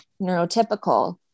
neurotypical